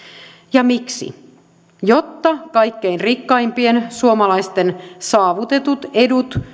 ja miksi jotta kaikkein rikkaimpien suomalaisten saavutetut edut